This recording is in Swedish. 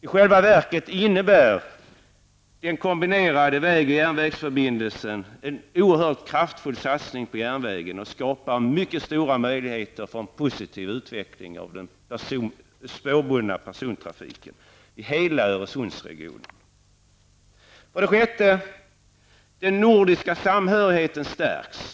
I själva verket innebär den kombinerade väg och järnvägsbron en oerhört kraftfull satsning på järnvägen, och den skapar mycket stora möjligheter för en positiv utveckling av den spårbundna persontrafiken i hela 6. Den nordiska samhörigheten stärks.